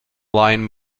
lyon